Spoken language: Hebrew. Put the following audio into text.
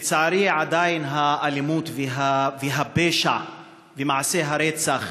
לצערי, עדיין האלימות והפשע ומעשי הרצח